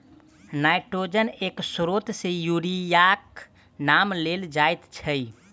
नाइट्रोजनक एक स्रोत मे यूरियाक नाम लेल जाइत छै